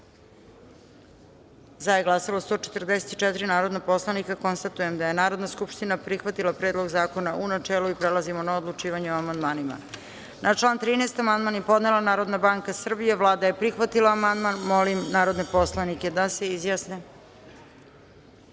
za je glasalo 144 narodna poslanika. Konstatujem da je Narodna skupština prihvatila Predlog zakona, u načelu. Prelazimo na odlučivanje o amandmanima. Na član 13. amandman je podnela Narodna banka Srbije. Vlada je prihvatila amandman. Molim narodne poslanike da se